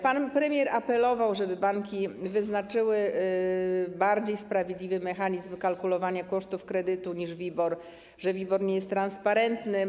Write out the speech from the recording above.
Pan premier apelował o to, żeby banki wyznaczyły bardziej sprawiedliwy mechanizm wykalkulowania kosztów kredytu niż WIBOR, gdyż WIBOR nie jest transparentny.